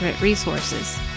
Resources